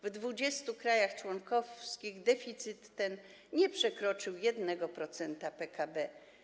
W 20 krajach członkowskich deficyt ten nie przekroczył 1% PKB.